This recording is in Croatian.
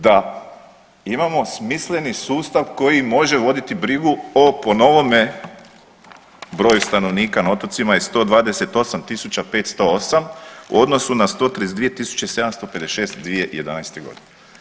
Da imamo smisleni sustav koji može voditi brigu o po novome broj stanovnika na otocima je 128.508 u odnosu na 132.756 2011. godine.